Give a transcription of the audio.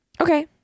Okay